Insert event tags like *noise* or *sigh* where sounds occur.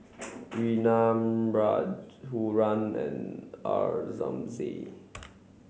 *noise* Neelam Rag huram and *unintelligible*